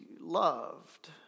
loved